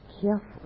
careful